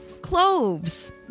Cloves